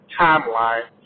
timeline